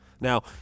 Now